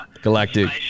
Galactic